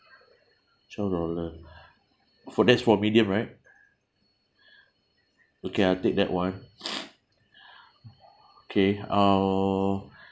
twelve dollar for that's for medium right okay I'll take that [one] okay uh